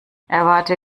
erwarte